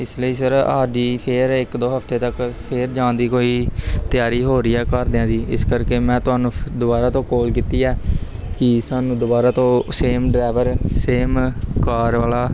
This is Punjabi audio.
ਇਸ ਲਈ ਸਰ ਸਾਡੀ ਫਿਰ ਇੱਕ ਦੋ ਹਫਤੇ ਤੱਕ ਫਿਰ ਜਾਣ ਦੀ ਕੋਈ ਤਿਆਰੀ ਹੋ ਰਹੀ ਹੈ ਘਰਦਿਆਂ ਦੀ ਇਸ ਕਰਕੇ ਮੈਂ ਤੁਹਾਨੂੰ ਦੁਬਾਰਾ ਤੋਂ ਕਾਲ ਕੀਤੀ ਹੈ ਕਿ ਸਾਨੂੰ ਦੁਬਾਰਾ ਤੋਂ ਸੇਮ ਡਰਾਈਵਰ ਸੇਮ ਕਾਰ ਵਾਲਾ